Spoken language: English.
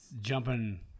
jumping